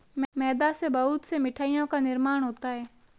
मैदा से बहुत से मिठाइयों का निर्माण होता है